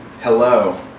Hello